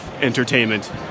Entertainment